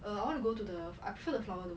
err I want to go to the the flower dome